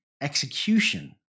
execution